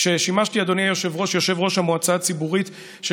כששימשתי יושב-ראש המועצה הציבורית של